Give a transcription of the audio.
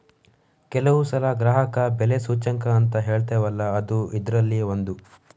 ಕೆಲವು ಸಲ ಗ್ರಾಹಕ ಬೆಲೆ ಸೂಚ್ಯಂಕ ಅಂತ ಹೇಳ್ತೇವಲ್ಲ ಅದೂ ಇದ್ರಲ್ಲಿ ಒಂದು